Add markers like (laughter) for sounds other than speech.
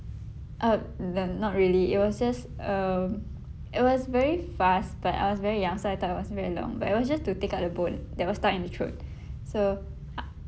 uh then not really it was just um it was very fast but I was very young so I thought it was very long but it was just to take out the bone that was stuck in the throat (breath) so uh